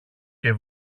και